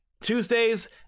tuesdays